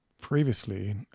previously